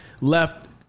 left